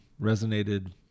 resonated